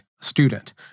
student